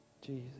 Jesus